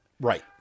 Right